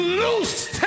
loose